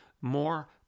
more